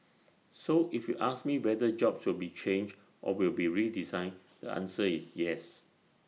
so if you ask me whether jobs will be changed or will be redesigned the answer is yes